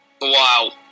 Wow